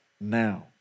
now